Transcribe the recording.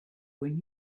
when